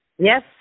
Yes